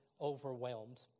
overwhelmed